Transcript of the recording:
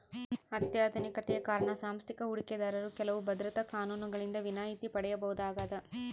ಅತ್ಯಾಧುನಿಕತೆಯ ಕಾರಣ ಸಾಂಸ್ಥಿಕ ಹೂಡಿಕೆದಾರರು ಕೆಲವು ಭದ್ರತಾ ಕಾನೂನುಗಳಿಂದ ವಿನಾಯಿತಿ ಪಡೆಯಬಹುದಾಗದ